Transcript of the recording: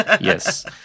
yes